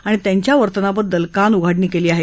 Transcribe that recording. आणि त्यांच्या वर्तनाबद्दल कानउघाडणी केली आहे